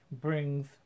brings